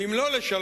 ואם לא לשלום,